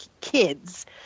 kids